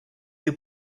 you